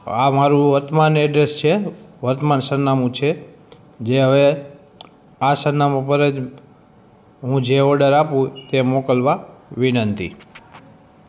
આ મારું વર્તમાન એડ્રેસ છે વર્તમાન સરનામું છે જે હવે આ સરનામા ઉપર જ હું જે ઓર્ડર આપું તે મોકલવા વિનંતી